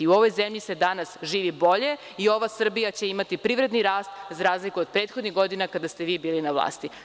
U ovoj zemlji se danas živi bolje i ova Srbija će imati privredni rast, za razliku od prethodnih godina kada ste vi bili na vlasti.